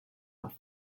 now